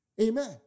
Amen